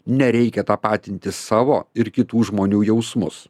nereikia tapatinti savo ir kitų žmonių jausmus